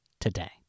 today